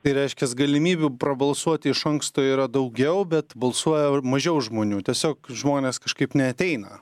tai reiškias galimybių prabalsuoti iš anksto yra daugiau bet balsuoja mažiau žmonių tiesiog žmonės kažkaip neateina